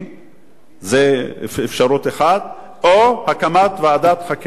זו אפשרות אחת, או הקמת ועדת חקירה פרלמנטרית.